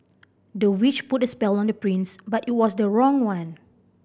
the witch put a spell on the prince but it was the wrong one